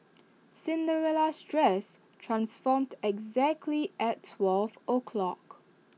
Cinderella's dress transformed exactly at twelve o' clock